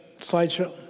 slideshow